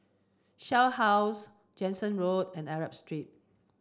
Shell House Jansen Road and Arab Street